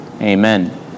Amen